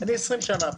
אני 20 שנה פה,